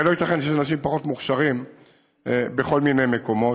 הרי לא ייתכן שאנשים הם פחות מוכשרים בכל מיני מקומות.